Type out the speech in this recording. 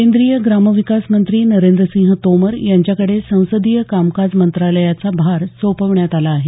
केंद्रीय ग्रामविकास मंत्री नरेंद्रसिंह तोमर यांच्याकडे संसदीय कामकाज मंत्रालयाचा भार सोपवण्यात आला आहे